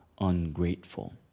ungrateful